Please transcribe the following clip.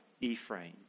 Ephraim